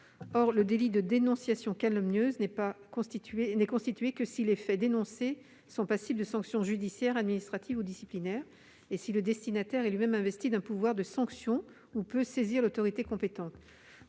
Or le délit de dénonciation calomnieuse n'est constitué que si les faits dénoncés sont passibles de sanctions judiciaires, administratives ou disciplinaires et si le destinataire est lui-même investi d'un pouvoir de sanction ou peut saisir l'autorité compétente.